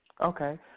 Okay